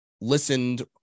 listened